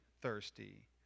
thirsty